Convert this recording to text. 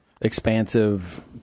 Expansive